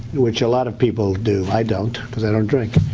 which a lot of people do. i don't because i don't drink.